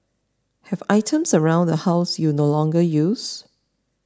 have items around the house you no longer use